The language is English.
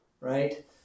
right